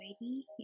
ready